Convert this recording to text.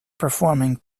performing